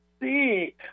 see